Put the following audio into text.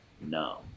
no